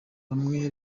bamwe